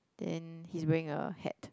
then he's wearing a hat